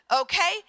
okay